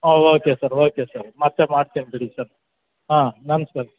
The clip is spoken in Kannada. ಹಾಂ ಓಕೆ ಸರ್ ಓಕೆ ಸರ್ ಮತ್ತೆ ಮಾಡ್ತೇನೆ ಬಿಡಿ ಸರ್ ಹಾಂ ನಮಸ್ಕಾರ